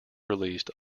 released